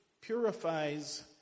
purifies